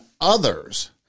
others